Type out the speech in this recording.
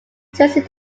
jersey